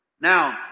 Now